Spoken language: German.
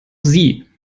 sie